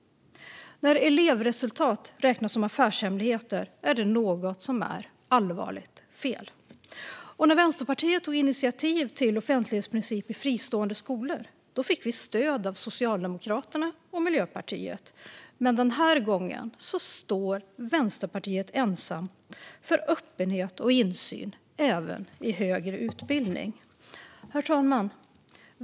När elevresultat räknas som affärshemligheter är det något som är allvarligt fel. När Vänsterpartiet tog initiativ till offentlighetsprincip i fristående skolor fick vi stöd av Socialdemokraterna och Miljöpartiet. Men den här gången står Vänsterpartiet ensamt för öppenhet och insyn även i högre utbildning. Herr talman!